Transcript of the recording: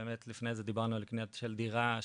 לפני זה דיברנו על קניית דירה,